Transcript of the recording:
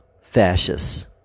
Fascists